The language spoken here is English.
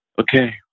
Okay